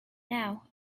now